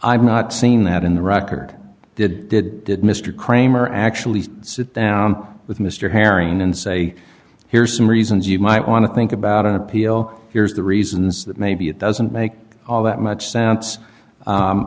i've not seen that in the record i did did did mr cramer actually sit down with mr herring and say here's some reasons you might want to think about an appeal here's the reasons that maybe it doesn't make all that much s